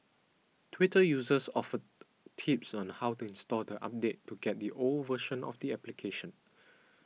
Twitter users offered tips on how to uninstall the update to get the old version of the application